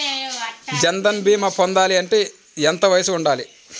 జన్ధన్ భీమా పొందాలి అంటే ఎంత వయసు ఉండాలి?